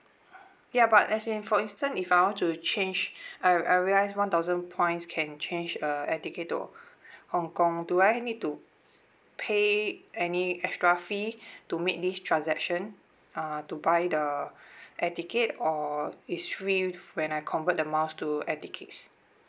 ya but as in for instance if I want to change I r~ I realise one thousand points can change uh air ticket to hong kong do I need to pay any extra fee to make this transaction uh to buy the air ticket or it's free when I convert the miles to air tickets